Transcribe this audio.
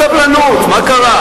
קצת סבלנות, מה קרה?